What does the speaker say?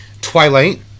Twilight